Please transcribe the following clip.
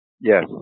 Yes